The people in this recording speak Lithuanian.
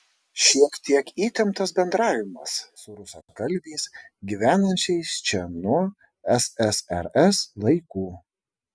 šiek tiek įtemptas bendravimas su rusakalbiais gyvenančiais čia nuo ssrs laikų